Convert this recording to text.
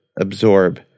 absorb